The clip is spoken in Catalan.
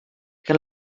que